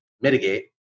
mitigate